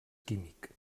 químic